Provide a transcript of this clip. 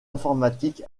informatique